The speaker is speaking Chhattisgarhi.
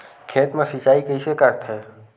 खेत मा सिंचाई कइसे करथे?